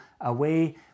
away